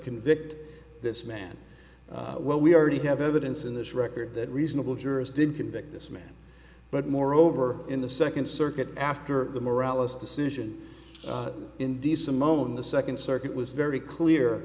convict this man well we already have evidence in this record that reasonable jurors didn't convict this man but moreover in the second circuit after the morale is decision indecent moment the second circuit was very clear